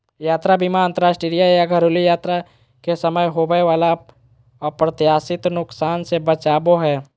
यात्रा बीमा अंतरराष्ट्रीय या घरेलू यात्रा करे समय होबय वला अप्रत्याशित नुकसान से बचाबो हय